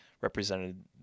represented